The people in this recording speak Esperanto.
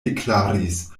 deklaris